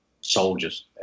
soldiers